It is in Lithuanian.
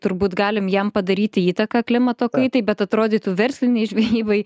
turbūt galim jam padaryti įtaką klimato kaitai bet atrodytų verslinei žvejybai